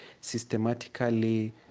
Systematically